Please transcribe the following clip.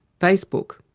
facebook,